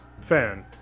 fan